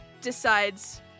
decides